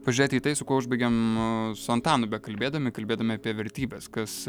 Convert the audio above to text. pažiūrėti į tai su kuo užbaigėm su antanu bekalbėdami kalbėdami apie vertybes kas